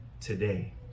today